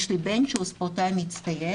יש לי בן שהוא ספורטאי מצטיין,